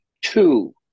Two